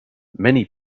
many